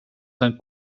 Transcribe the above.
sein